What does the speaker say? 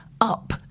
up